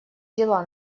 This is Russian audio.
дела